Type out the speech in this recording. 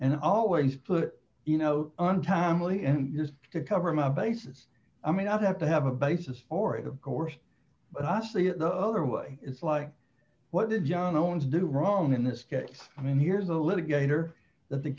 and always put you know untimely and used to cover my bases i mean i have to have a basis for it of course but i see it the other way it's like what did young knowns do wrong in this case i mean here's a litigator that the